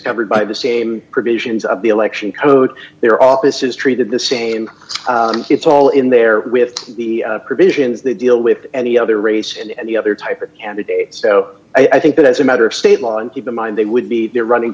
covered by the same provisions of the election code their office is treated the same it's all in there with the provisions that deal with any other race and the other type of candidate so i think that as a matter of state law and keep in mind they would be there running